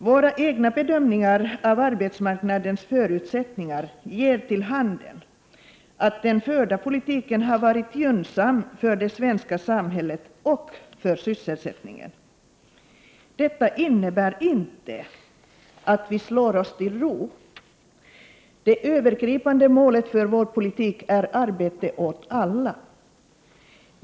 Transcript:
Våra egna bedömningar av arbetsmarknadens förutsättningar ger för handen att den förda politiken har varit gynnsam för det svenska samhället och för sysselsättningen. Detta innebär inte att vi slår oss till ro. Det övergripande målet för vår politik är arbete åt alla.